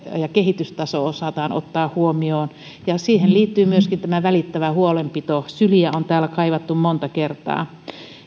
ja kehitystaso osataan ottaa huomioon siihen liittyy myöskin välittävä huolenpito syliä on täällä kaivattu monta kertaa